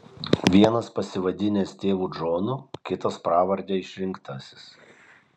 vienas pasivadinęs tėvu džonu kitas pravarde išrinktasis